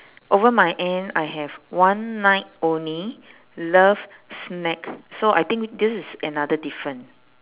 over my end I have one night only love snack so I think this is another different